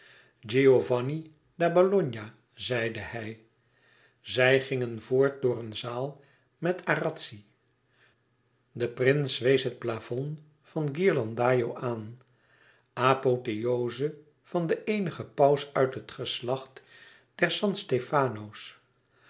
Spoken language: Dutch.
giovanni da bologna zeide hij zij gingen voort door een zaal met arazzi de prins wees het plafond van ghirlandajo aan apotheoze van den eenigen paus uit het geslacht der san stefano's